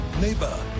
Neighbor